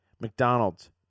McDonald's